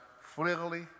freely